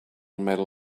medal